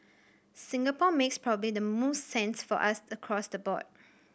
Singapore makes probably the most sense for us across the board